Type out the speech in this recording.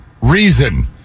reason